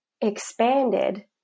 expanded